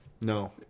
no